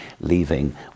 leaving